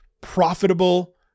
profitable